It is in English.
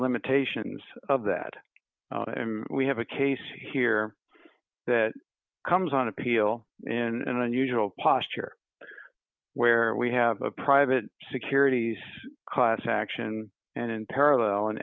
limitations of that we have a case here that comes on appeal in an unusual posture where we have a private securities class action and in parallel an